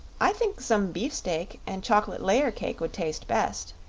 i think some beefsteak and chocolate layer-cake would taste best,